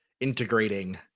integrating